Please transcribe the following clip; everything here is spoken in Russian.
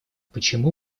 почему